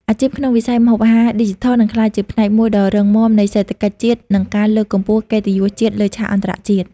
អាជីពក្នុងវិស័យម្ហូបអាហារឌីជីថលនឹងក្លាយជាផ្នែកមួយដ៏រឹងមាំនៃសេដ្ឋកិច្ចជាតិ និងការលើកកម្ពស់កិត្តិយសជាតិលើឆាកអន្តរជាតិ។